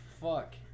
fuck